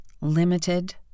Limited